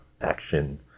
action